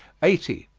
eighty.